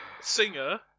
singer